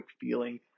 feeling